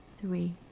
Three